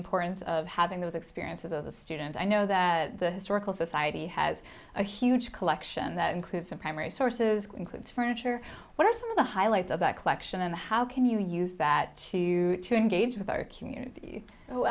importance of having those experiences of a student i know that the historical society has a huge collection that includes some primary sources includes furniture what are some of the highlights of that collection and how can you use that to engage with our community